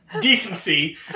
decency